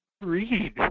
Read